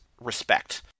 respect